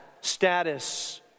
status